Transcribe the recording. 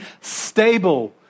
stable